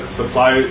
supply